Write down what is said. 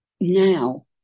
now